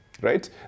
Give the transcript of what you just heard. right